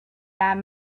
that